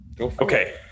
Okay